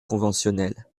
conventionnels